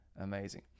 Amazing